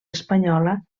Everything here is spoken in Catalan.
espanyola